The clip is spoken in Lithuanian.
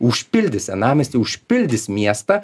užpildys senamiestį užpildys miestą